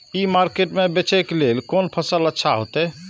ई market में बेचेक लेल कोन फसल अच्छा होयत?